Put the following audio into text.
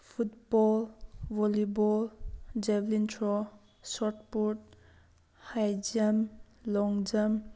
football volleyball javelin throw shot put high jump long jump